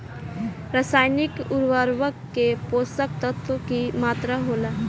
रसायनिक उर्वरक में पोषक तत्व की मात्रा होला?